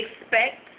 expect